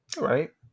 Right